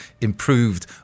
improved